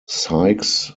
sykes